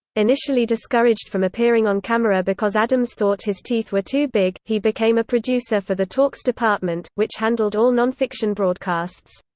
initially discouraged from appearing on camera because adams thought his teeth were too big, he became a producer for the talks department, which handled all non-fiction broadcasts.